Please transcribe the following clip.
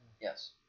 Yes